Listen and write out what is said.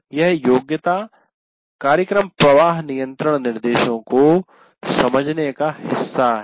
यह योग्यता "कार्यक्रम प्रवाह नियंत्रण निर्देशों" को समझने का हिस्सा है